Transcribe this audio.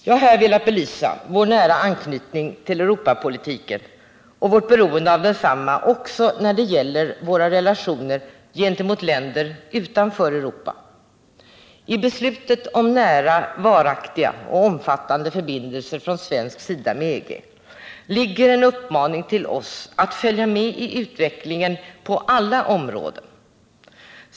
Jag har här velat belysa vår nära anknytning till Europapolitiken och vårt beroende av densamma också när det gäller våra relationer gentemot länder utanför Europa. I beslutet om nära, varaktiga och omfattande förbindelser från svensk sida med EG ligger en uppmaning till oss att följa med i utvecklingen på alla områden.